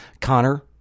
Connor